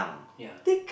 ya